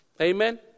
Amen